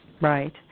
Right